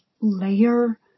layer